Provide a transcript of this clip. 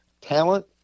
Talent